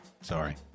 Sorry